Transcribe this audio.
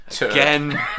again